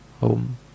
home